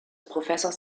professors